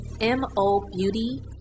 M-O-Beauty